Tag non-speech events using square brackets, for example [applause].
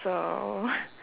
so [laughs]